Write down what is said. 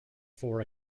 four